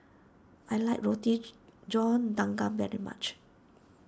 I like Rotige John Dagang very much